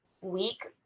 week